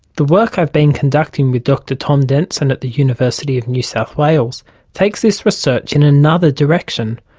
the work i've been conducting with dr tom denson at the university of new south wales takes this research in another direction.